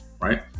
Right